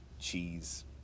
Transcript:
cheese